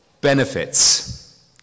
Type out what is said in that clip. benefits